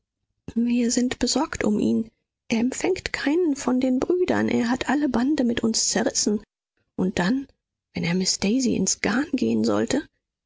wir sind besorgt um ihn er empfängt keinen von den brüdern er hat alle bande mit uns zerrissen und dann wenn er miß daisy ins garn gehen sollte